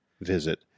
visit